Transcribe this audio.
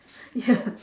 ya